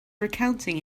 recounting